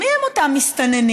מי הם אותם מסתננים?